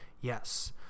yes